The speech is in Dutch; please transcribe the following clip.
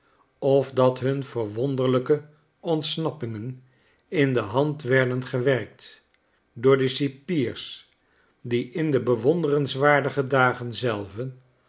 of dat hun verwonderlijke ontsnappingen inde hand werden gewerkt door de cipiers die in die bewonderenswaardige dagen zelven